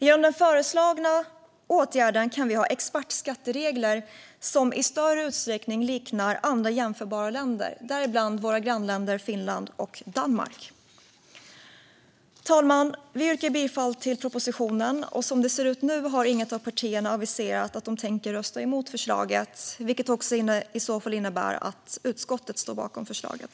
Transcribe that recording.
Genom den föreslagna åtgärden kan vi ha expertskatteregler som i större utsträckning liknar andra jämförbara länders, däribland våra grannländer Finland och Danmark. Fru talman! Vi yrkar bifall till propositionen. Som det ser ut nu har inga av partierna aviserat att de tänker rösta emot förslaget, vilket i så fall innebär att utskottet står bakom förslaget.